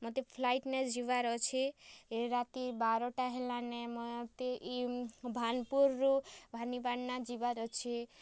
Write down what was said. ମୋତେ ଫ୍ଲାଇଟ୍ ନେ ଯିବାର୍ ଅଛେ ଏ ରାତି ବାରଟା ହେଲାନେ ମୋତେ ଇ ଭାନପୁରରୁ ଭବାନିପାଟନା ଯିବାର୍ ଅଛି